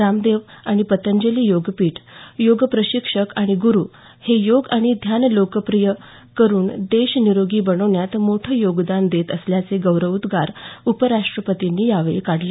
रामदेव आणि पतंजली योगपीठ योग प्रशिक्षक आणि गुरु हे योग आणि ध्यान लोकप्रिय करून देश निरोगी बनवण्यात मोठं योगदान देत असल्याचे गौरवोद्गार उपराष्ट्रपतींनी यावेळी काढले